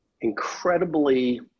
incredibly